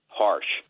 harsh